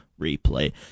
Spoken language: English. Replay